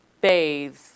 bathe